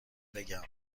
بگم